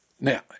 Now